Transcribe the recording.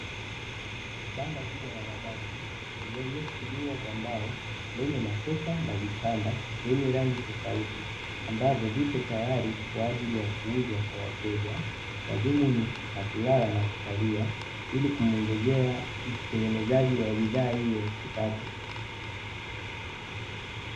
Banda kubwa la mabati, lililoshikiliwa kwa mbao, lenye masofa na vitanda, lenye rangi tofauti, ambazo zipo tayari kwa ajili ya kuuzwa kwa wateja kwa madhumuni ya kulala na kukalia, ili kumuongezea mtengenezaji wa bidhaa hiyo kipato.